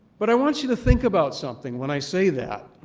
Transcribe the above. but i want you to think about something when i say that.